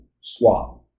swap